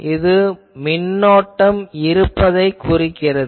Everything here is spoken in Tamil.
இது மின்னோட்டம் மற்றும் இருப்பதைக் குறிக்கிறது